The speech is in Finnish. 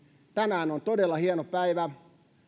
tänään on todella hienoa päivä